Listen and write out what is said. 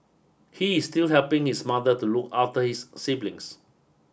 he is still helping his mother to look after his siblings